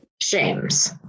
shames